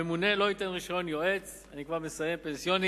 הממונה לא ייתן רשיון יועץ פנסיוני